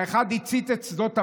האחד הצית את שדות המלך,